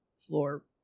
floor